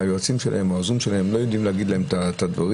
שהיועצים שלהם או העוזרים שלהם לא יודעים להגיד להם את הדברים,